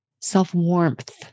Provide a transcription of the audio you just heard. self-warmth